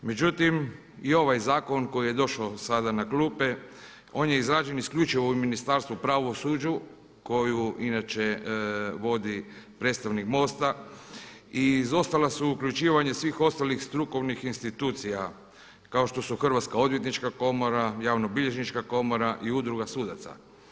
Međutim i ovaj zakon koji je došao sada na klupe, on je izrađen isključivo u Ministarstvu pravosuđa koju inače vodi predstavnik MOST-a i izostala su uključivanja svih ostalih strukovnih institucija kao što su Hrvatska odvjetnička komora, Javnobilježnička komora i Udruga sudaca.